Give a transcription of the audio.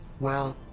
well,